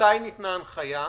מתי ניתנה הנחיה?